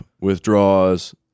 withdraws